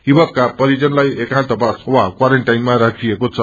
युवकमा परिजनलाई एकान्तवास वा क्वारेन्टाईनमा राखिएको छ